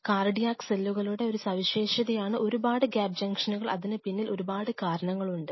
cardiac സെല്ലുകളുടെ ഒരു സവിശേഷതയാണ് ഒരുപാട് ഗ്യാപ്പ് ജംഗ്ഷനുകൾ അതിനു പിന്നിൽ ഒരുപാട് കാരണങ്ങളുണ്ട്